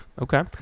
Okay